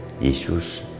Jesus